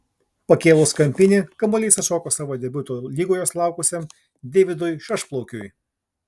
pakėlus kampinį kamuolys atšoko savo debiuto lygoje sulaukusiam deividui šešplaukiui